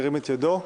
ירים את ידו.